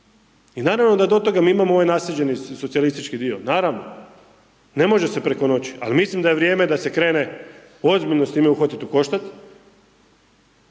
i naravno da do toga mi imamo ovaj naslijeđeni socijalistički dio. Naravno, ne može se preko noći, ali mislim da je vrijeme da se krene ozbiljno s time uhvatiti u koštac